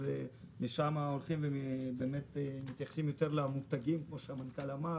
אז משם מתייחסים יותר למותגים, כמו שהמנכ"ל אמר.